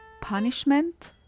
Punishment